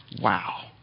Wow